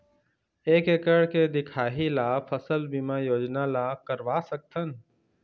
एक एकड़ के दिखाही ला फसल बीमा योजना ला करवा सकथन?